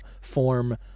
form